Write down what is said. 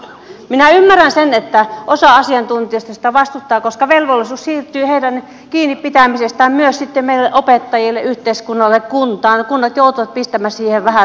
minä ymmärrän sen että osa asiantuntijoista sitä vastustaa koska velvollisuus siirtyy heidän kiinnipitämisestään myös sitten meidän opettajille yhteiskunnalle kuntaan kunnat joutuvat pistämään siihen vähän lisärahaa